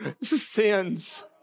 sins